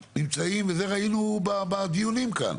נמצאים, ואת זה ראינו בדיונים כאן,